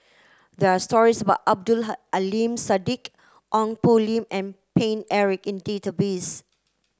there are stories about Abdul Aleem Siddique Ong Poh Lim and Paine Eric in the database